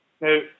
Now